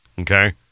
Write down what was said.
okay